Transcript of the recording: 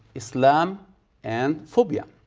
islam and phobia.